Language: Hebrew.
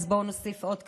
אז בואו נוסיף עוד קצת,